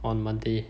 on monday